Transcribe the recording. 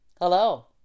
Hello